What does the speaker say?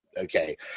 okay